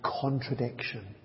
contradiction